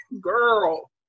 girl